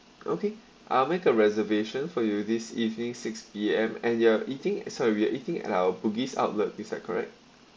okay I'll make a reservation for you this evening six P_M and you're eating sorry we are eating at our bugis outlet is that correct